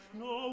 no